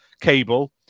cable